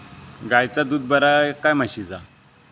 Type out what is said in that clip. गायचा दूध बरा काय म्हशीचा?